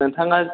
नोंथाङा